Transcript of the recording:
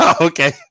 Okay